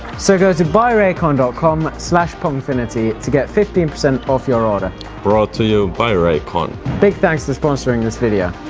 so go to buyraycon dot com slash pongfinity to get fifteen percent off your order brought to you by raycon big thanks to sponsoring this video!